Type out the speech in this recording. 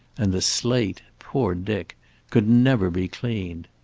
and the slate poor dick could never be cleaned.